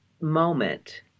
moment